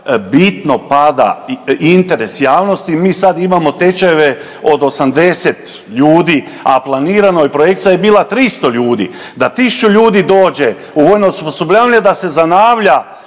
bitno pada interes javnosti. Mi sad imamo tečajeve od 80 ljudi, a planirano je projekcija je bilo 300 ljudi, da 1.000 ljudi dođe u vojno osposobljavanje da se zanavlja